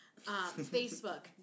Facebook